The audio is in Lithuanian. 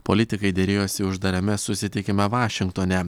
politikai derėjosi uždarame susitikime vašingtone